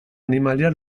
animalia